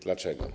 Dlaczego?